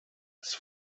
ist